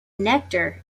nectar